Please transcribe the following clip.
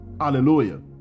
Hallelujah